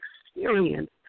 experience